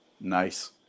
Nice